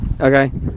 okay